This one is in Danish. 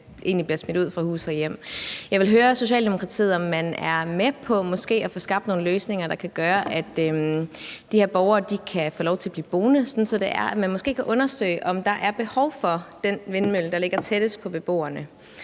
om man er med på måske at få skabt nogle løsninger, der kan gøre, at de her borgere kan få lov til at blive boende, altså om man måske kan undersøge, om der er behov for den vindmølle, der ligger tættest på beboerne?